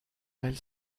elle